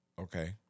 Okay